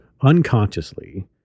unconsciously